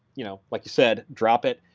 you know like you said, drop it.